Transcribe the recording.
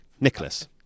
Nicholas